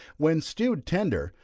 when stewed tender,